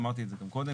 אמרתי את זה כבר קודם.